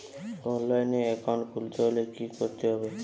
অনলাইনে একাউন্ট খুলতে হলে কি করতে হবে?